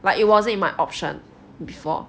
like it wasn't in my option before